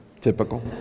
Typical